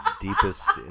deepest